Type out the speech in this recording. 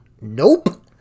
Nope